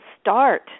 start